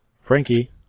Frankie